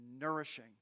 nourishing